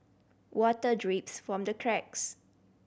water drips from the cracks